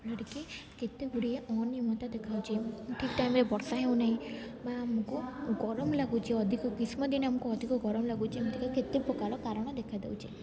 ଯାହାଫଳରେ କି କେତେ ଗୁଡ଼ିଏ ଅନିୟମତା ଦେଖାହେଉଛି ଠିକ୍ ଟାଇମ୍ରେ ବର୍ଷା ହେଉନାହିଁ ବା ଆମକୁ ଗରମ ଲାଗୁଛି ଅଧିକ ଗ୍ରୀଷ୍ମ ଦିନେ ଆମକୁ ଅଧିକ ଗରମ ଲାଗୁଛି ଏମିତିକା କେତେ ପ୍ରକାର କାରଣ ଦେଖା ଦେଉଛି